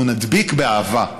אנחנו נדביק באהבה,